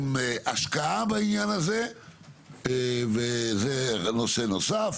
עם השקעה בעניין הזה וזה נושא נוסף.